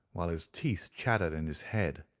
while his teeth chattered in his head.